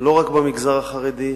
לא רק במגזר החרדי.